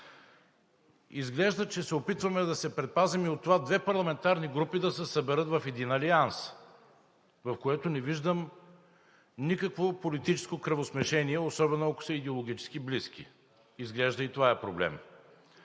изглежда, че се опитваме да се предпазим и от това две парламентарни групи да се съберат в един алианс, в което не виждам никакво политическо кръвосмешение особено ако са идеологически близки. Изглежда и това е проблем.